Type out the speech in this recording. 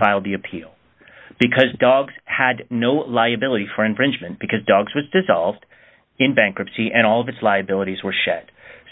filed the appeal because dogs had no liability for infringement because dogs was dissolved in bankruptcy and all of its liabilities were shed